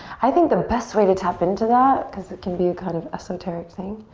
i think the best way to tap into that cause it can be kind of esoteric thing.